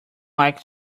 likes